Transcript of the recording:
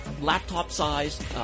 laptop-sized